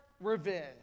revenge